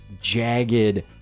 jagged